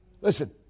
Listen